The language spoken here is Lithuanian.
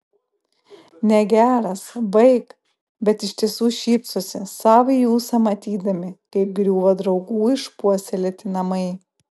negeras baik bet iš tiesų šypsosi sau į ūsą matydami kaip griūva draugų išpuoselėti namai